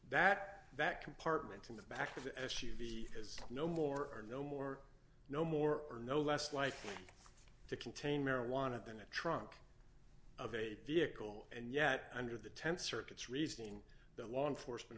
that that compartment in the back of the s u v has d no more are no more no more or no less likely to contain marijuana than a trunk of a vehicle and yet under the th circuit's reasoning the law enforcement